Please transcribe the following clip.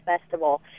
festival